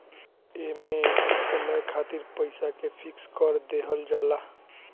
एमे कुछ समय खातिर पईसा के फिक्स कर देहल जाला